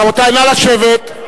רבותי, נא לשבת.